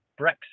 Brexit